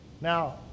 Now